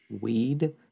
Weed